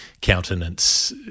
countenance